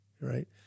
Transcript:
Right